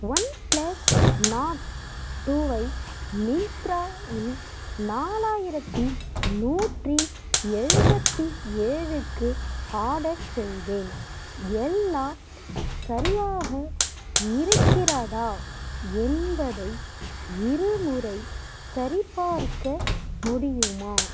OnePlus Nord டூவை Myntra இல் நாலாயிரத்தி நூற்றி எழுபத்தி ஏழு க்கு ஆர்டர் செய்தேன் எல்லாம் சரியாக இருக்கிறதா என்பதை இருமுறை சரிபார்க்க முடியுமா